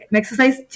exercise